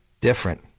different